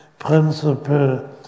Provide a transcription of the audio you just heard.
Principle